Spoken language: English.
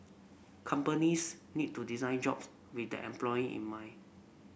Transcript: companies need to design jobs with the employee in mind